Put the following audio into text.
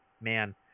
Man